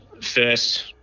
first